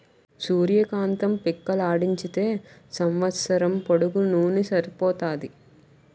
సూర్య కాంతం పిక్కలాడించితే సంవస్సరం పొడుగునూన సరిపోతాది